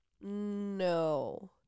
No